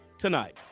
tonight